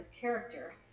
character